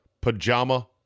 pajama